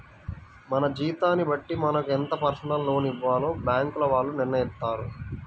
మన జీతాన్ని బట్టి మనకు ఎంత పర్సనల్ లోన్ ఇవ్వాలో బ్యేంకుల వాళ్ళు నిర్ణయిత్తారు